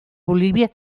bolívia